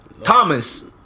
Thomas